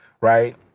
Right